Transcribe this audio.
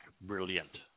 brilliant